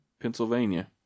Pennsylvania